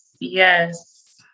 Yes